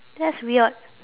that's weird